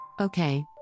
Okay